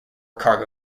cargo